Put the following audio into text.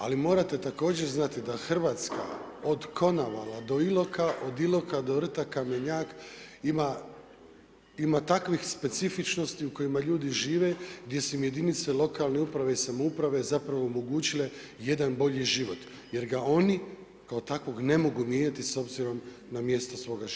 Ali, morate također znati, da Hrvatska od Konavala do Iloka, od Iloka do Rt Kamenjak ima takvih specifičnosti u kojima ljudi žive, gdje su im jedinice lokalne uprave i samouprave zapravo omogućile jedan bolji život, jer ga oni kao takvog ne mogu mijenjati s obzirom na mjestu svoga življenja.